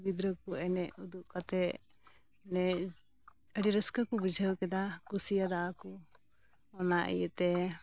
ᱜᱤᱫᱽᱨᱟᱹ ᱠᱚ ᱮᱱᱮᱡ ᱩᱫᱩᱜ ᱠᱟᱛᱮᱫ ᱟᱹᱰᱤ ᱨᱟᱹᱥᱠᱟᱹ ᱠᱚ ᱵᱩᱡᱷᱟᱹᱣ ᱠᱮᱫᱟ ᱠᱩᱥᱤᱭᱟᱫᱟᱠᱚ ᱚᱱᱟ ᱤᱭᱟᱹᱛᱮ